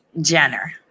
Jenner